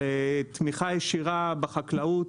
של תמיכה ישירה בחקלאות